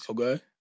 Okay